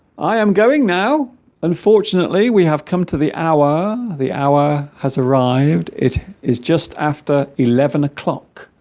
i am going now unfortunately we have come to the hour the hour has arrived it is just after eleven o'clock